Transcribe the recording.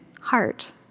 heart